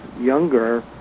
younger